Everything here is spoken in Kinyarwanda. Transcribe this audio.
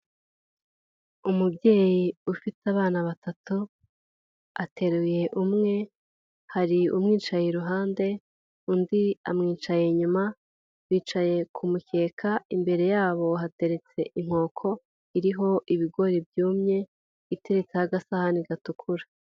Umubyeyi ufite abana batatu, ateruye umwe hari umwicaye iruhande, undi amwicaye inyuma, bicaye ku mukeka, imbere yabo hateretse inkoko, iriho ibigori byumye, iteretseho agasahani gatukura.